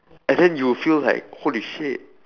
and then you feel like holy shit